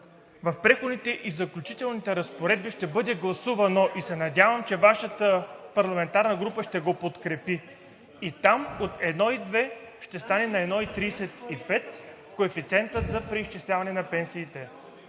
в Преходните и заключителните разпоредби ще бъде гласувано и се надявам, че – Вашата парламентарна група ще го подкрепи и там, от 1,2 ще стане на 1,35 коефициентът за преизчисляване на пенсиите.